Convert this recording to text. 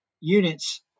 units